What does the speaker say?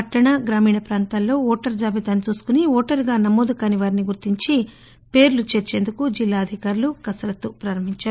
పట్టణ గ్రామీణ ప్రాంతాల్లో ఓటరు జాబితాను చూసుకొని ఓటరుగా నమోదు కాని వారిని గుర్తించి పేర్లు చేర్చేందుకు జిల్లా అధికారులు కసరత్తు ప్రారంభించారు